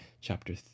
chapter